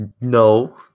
no